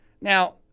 Now